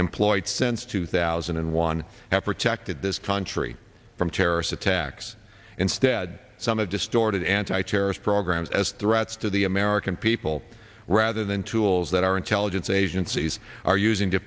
employed since two thousand and one have protected this country from terrorist attacks instead some of distorted anti terrorist programs as threats to the american people rather than tools that our intelligence agencies are using to